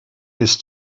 his